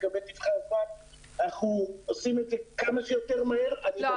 לגבי --- אנחנו עושים את זה כמה שיותר מהר -- אבל